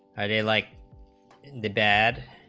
id like the bad